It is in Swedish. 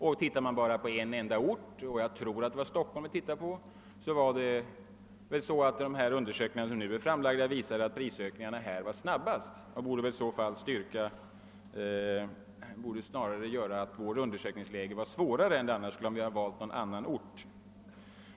Och om vi ser på valet av undersökningsort — jag vill minnas att vi undersökte förhållandena i Stockholm — visar den senare, nu framlagda undersökningen att prisökningarna där var snabbast, och det borde tyda på att vårt undersökningsresultat var än mera anmärkningsvärt än det skulle ha blivit om vi valt en annan ort.